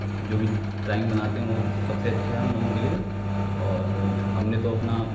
जो भी ड्राइंग बनाते हैं वह सबसे अच्छा है उन लोगों के लिए और हमने तो अपना